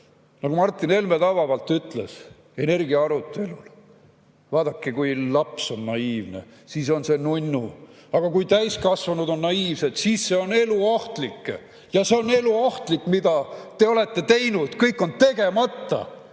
Nagu Martin Helme tabavalt ütles energiaarutelul: vaadake, kui laps on naiivne, siis on see nunnu, aga kui täiskasvanud on naiivsed, siis see on eluohtlik. Ja see on eluohtlik! Mida te olete teinud!? Kõik on tegemata!